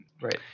Right